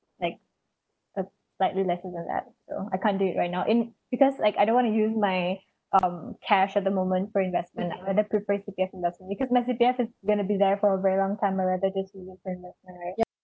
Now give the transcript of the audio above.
have like a slightly lesser than that so I can't do it right now and because like I don't wanna use my um cash at the moment for investment I rather prefer to get investment because my C_P_F is going to be there for a very long time I rather just use it for investment right